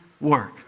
work